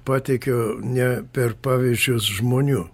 pateikiu ne per pavyzdžius žmonių